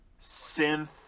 synth